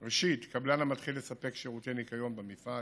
ראשית, קבלן המתחיל לספק שירותי ניקיון במפעל